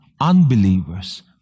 unbelievers